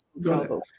salvo